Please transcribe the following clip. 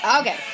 Okay